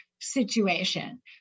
situation